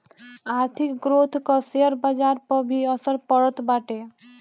आर्थिक ग्रोथ कअ शेयर बाजार पअ भी असर पड़त बाटे